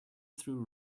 through